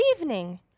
evening